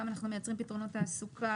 גם אנחנו מייצרים פתרונות תעסוקה.